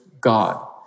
God